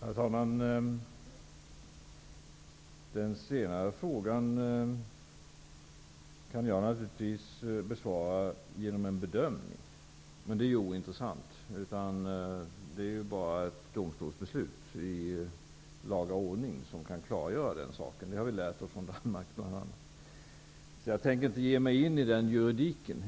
Herr talman! Patrik Norinders fråga kan jag naturligtvis besvara genom att göra en bedömning, men det är ointressant. Det är bara ett domstolsbeslut i laga ordning som kan klargöra den saken. Det har vi bl.a. lärt oss från Danmark. Jag tänker inte ge mig in i den juridiska diskussionen.